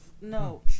No